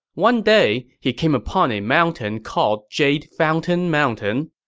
one day, he came upon a mountain called jade fountain mountain.